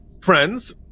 friends